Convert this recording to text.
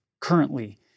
currently